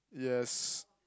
yes